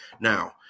Now